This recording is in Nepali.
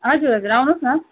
हजुर हजुर आउनुहोस् न